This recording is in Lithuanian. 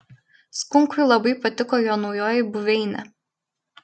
skunkui labai patiko jo naujoji buveinė